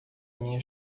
minha